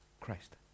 Christ